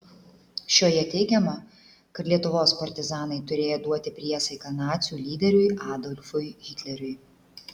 šioje teigiama kad lietuvos partizanai turėję duoti priesaiką nacių lyderiui adolfui hitleriui